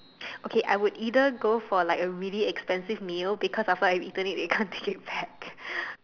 okay I would either go for like a really expensive meal because I have eaten it they can't take it back